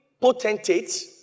potentate